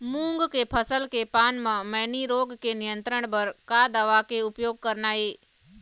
मूंग के फसल के पान म मैनी रोग के नियंत्रण बर का दवा के उपयोग करना ये?